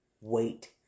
wait